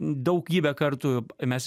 daugybę kartų mes